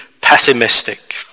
pessimistic